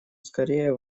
скорее